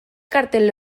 kartel